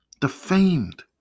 defamed